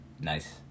nice